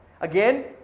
Again